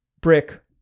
Brick